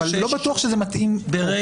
אבל אני לא בטוח שזה מתאים פה.